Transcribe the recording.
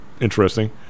interesting